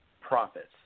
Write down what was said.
profits